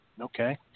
Okay